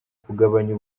kugabanya